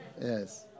Yes